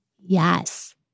Yes